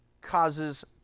causes